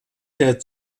der